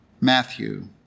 Matthew